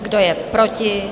Kdo je proti?